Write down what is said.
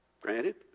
Granted